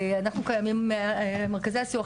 מרכזי הסיוע,